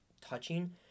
touching